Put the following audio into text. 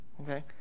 okay